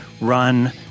run